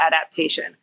adaptation